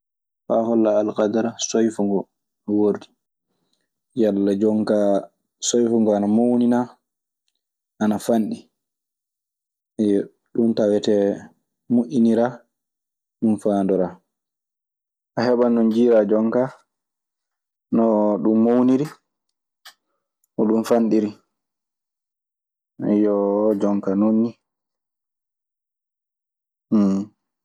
Faa holla alkadara soyfungoo no wordi. Yalla jon kaa soyfu ngoo ana mawni naa ana fanɗi. ɗun tawetee moƴƴiniraa. Ɗun faandoraa. A heɓan no njiiraa jonka no ɗun mawniri, no ɗun fanɗiri. Jonkaa non nii.